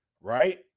right